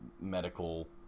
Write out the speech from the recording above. medical